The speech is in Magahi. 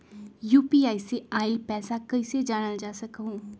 यू.पी.आई से आईल पैसा कईसे जानल जा सकहु?